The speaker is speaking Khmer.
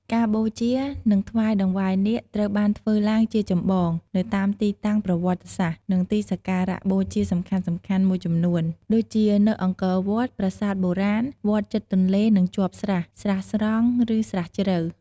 ការបូជា និងថ្វាយតង្វាយនាគត្រូវបានធ្វើឡើងជាចម្បងនៅតាមទីតាំងប្រវត្តិសាស្ត្រ និងទីសក្ការៈបូជាសំខាន់ៗមួយចំនួន ដូចជា នៅអង្គរវត្ត ប្រាសាទបុរាណ វត្តជិតទន្លេនិងជាប់ស្រះ ស្រះស្រង់ ឬ ស្រះជ្រៅ។